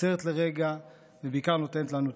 עוצרת לרגע, ובעיקר, נותנת לנו תקווה.